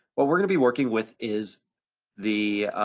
what we're gonna be working with is the